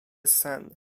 sen